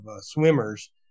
swimmers